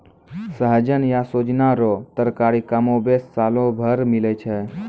सहजन या सोजीना रो तरकारी कमोबेश सालो भर मिलै छै